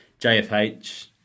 JFH